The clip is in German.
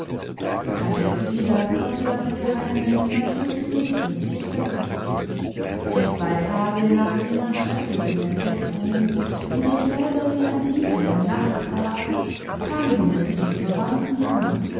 tante frieda konnte das geheimnis natürlich nicht für sich behalten und zwei tage nach jener schrecklichen entdeckung die mich selber wie ein dieb in der nacht traf kam sie mit den verwandten an